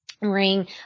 ring